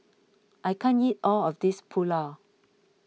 I can't eat all of this Pulao